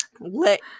let